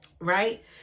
right